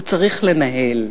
הוא צריך לנהל.